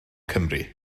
cymru